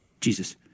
Jesus